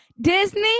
Disney